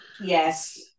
Yes